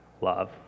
love